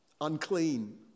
Unclean